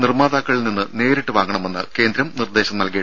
നിർമാതാക്കളിൽ നിന്ന് നേരിട്ട് വാങ്ങണമെന്ന്കേന്ദ്രം നിർദേശം നൽകി